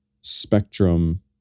spectrum